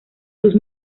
sus